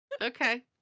Okay